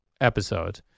episode